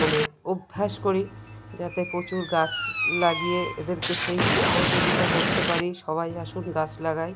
মানে অভ্যাস করি যাতে প্রচুর গাছ লাগিয়ে এদেরকে সেই সহযোগিতা করতে পারি সবাই আসুন গাছ লাগাই